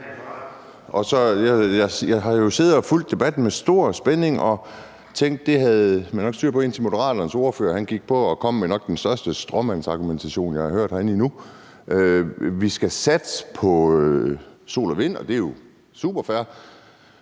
og med stor spænding fulgte debatten her oppe på fjernsynet og tænkte, at det havde man nok styr på, indtil Moderaternes ordfører gik på og kom med den nok største stråmandsargumentation, jeg har hørt herinde endnu: Vi skal satse på sol og vind – og det er jo superfair